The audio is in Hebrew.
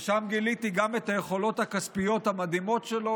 ושם גיליתי גם את היכולות הכספיות המדהימות שלו,